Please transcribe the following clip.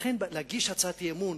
לכן, להגיש הצעת אי-אמון